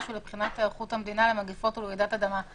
ולבחינת היערכות המדינה למגפות ולרעידות אדמה".